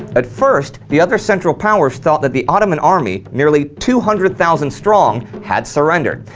at first the other central powers thought that the ottoman army, nearly two hundred thousand strong, had surrendered,